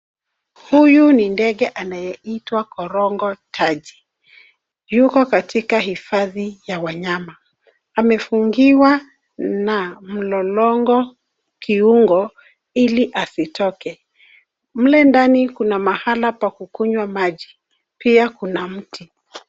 Huyu ni ndege anayeitwa korongo taji. Yuko katika hifadhi ya wanyama. Amefungiwa na mlolongo kiungo ili asitoke. Mle ndani kuna mahala pa kunywa maji. Pia kuna mti.